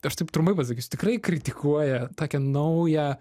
aš taip trumpai pasakysiu tikrai kritikuoja tokią naują